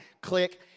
Click